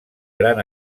gran